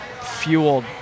fueled